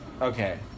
Okay